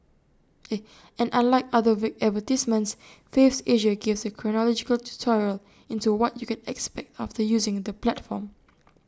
and unlike other vague advertisements Faves Asia gave A chronological tutorial into what you can expect after using the platform